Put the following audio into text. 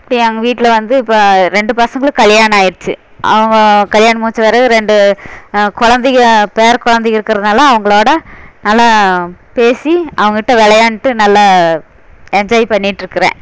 இப்படி எங்கள் வீட்டில் வந்து இப்போ ரெண்டு பசங்களும் கல்யாணம் ஆகிருச்சி அவங்க கல்யாணம் முடித்த பிறவு ரெண்டு குழந்தைக பேர குழந்தைக இருக்கிறதுனால அவங்களோட நல்லா பேசி அவங்கிட்ட விளையாண்ட்டு நல்ல என்ஜாய் பண்ணிகிட்ருக்கறேன்